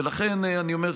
ולכן אני אומר,